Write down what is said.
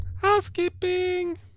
housekeeping